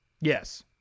Yes